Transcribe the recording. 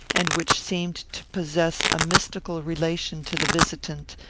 and which seemed to possess a mystical relation to the visitant,